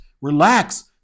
relax